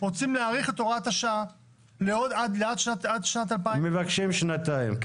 רוצים להאריך את הוראת השעה עד שנת --- מבקשים שנתיים.